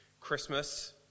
Christmas